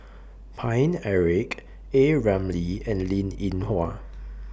Paine Eric A Ramli and Linn in Hua